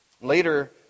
Later